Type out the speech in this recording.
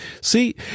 See